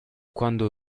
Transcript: quando